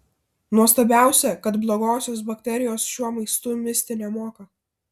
nuostabiausia kad blogosios bakterijos šiuo maistu misti nemoka